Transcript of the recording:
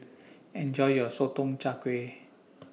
Enjoy your Sotong Char Kway